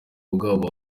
bwabo